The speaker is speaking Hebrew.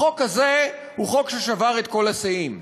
החוק הזה הוא חוק ששבר את כל השיאים,